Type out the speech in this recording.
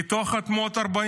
איתו חתמו עוד 40